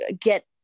get